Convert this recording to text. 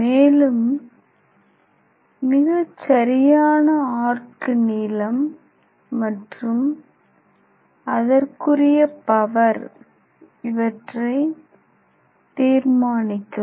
மேலும் மிகச்சரியான ஆர்க் நீளம் மற்றும் அதற்குரிய பவர் இவற்றை தீர்மானிக்கவும்